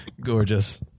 Gorgeous